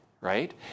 right